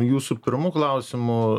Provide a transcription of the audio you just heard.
jūsų pirmu klausimu